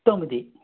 తొమ్మిది